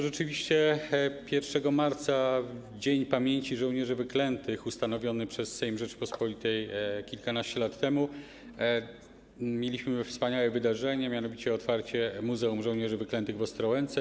Rzeczywiście 1 marca, w Narodowy Dzień Pamięci Żołnierzy Wyklętych, ustanowiony przez Sejm Rzeczypospolitej kilkanaście lat temu, mieliśmy wspaniałe wydarzenie, mianowicie otwarcie Muzeum Żołnierzy Wyklętych w Ostrołęce.